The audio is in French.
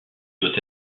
doit